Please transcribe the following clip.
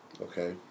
Okay